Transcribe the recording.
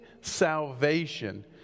salvation